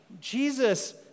Jesus